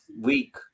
week